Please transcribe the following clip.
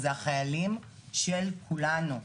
אלה החיילים של כולנו.